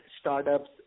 startups